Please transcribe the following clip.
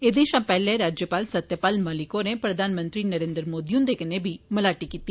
एहदे शा पैहले गवर्नर सत्यपाल मलिक होरें प्रधानमंत्री नरेन्द्र मोदी हंदे कन्नै बी मलाटी कीती